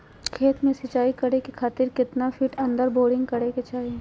खेत में सिंचाई करे खातिर कितना फिट अंदर बोरिंग करे के चाही?